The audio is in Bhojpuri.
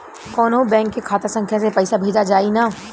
कौन्हू बैंक के खाता संख्या से पैसा भेजा जाई न?